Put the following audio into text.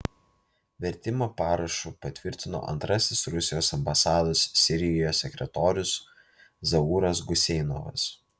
vertimą parašu patvirtino antrasis rusijos ambasados sirijoje sekretorius zauras guseinovas